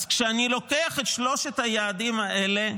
אז כשאני לוקח את שלושת היעדים האלה,